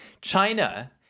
China